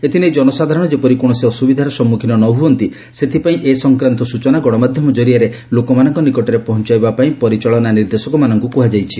ଏଥିନେଇ ଜନସାଧାରଣ ଯେପରି କୌଣସି ଅସୁବିଧାର ସମ୍ମୁଖୀନ ନ ହୁଅନ୍ତି ସେଥିପାଇଁ ଏ ସଂକ୍ରାନ୍ତ ସ୍ଚଚନା ଗଣମାଧ୍ୟମ ଜରିଆରେ ଲୋକମାନଙ୍କ ନିକଟରେ ପହଞ୍ଚାଇବା ପାଇଁ ପରିଚାଳନା ନିର୍ଦ୍ଦେଶକମାନଙ୍କୁ କୁହାଯାଇଛି